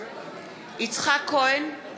יצחק כהן,